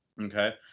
okay